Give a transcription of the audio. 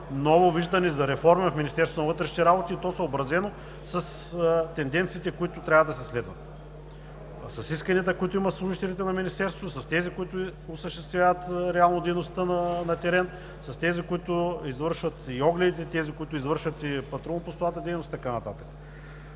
на вътрешните работи, и то съобразено с тенденциите, които трябва да се следват: с исканията, които имат служителите на Министерството, с тези, които осъществяват реално дейността на терен, с тези, които извършват и огледите, тези, които извършват и патрулно-постовата дейност и така